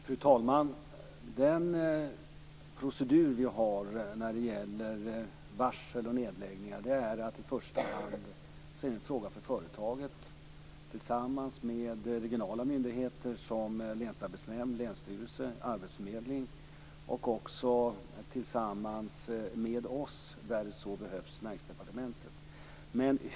Fru talman! Den procedur som finns för varsel och nedläggningar är i första hand en fråga för företaget tillsammans med regionala myndigheter som länsarbetsnämnd, länsstyrelse och arbetsförmedling - och om så behövs för Näringsdepartementet.